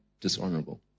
dishonorable